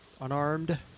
unarmed